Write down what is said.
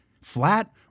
Flat